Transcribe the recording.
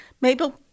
Mabel